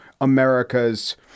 america's